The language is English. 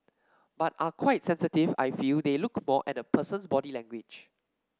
but are quite sensitive I feel they look more at the person's body language